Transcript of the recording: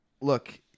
look